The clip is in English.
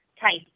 type